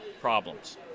problems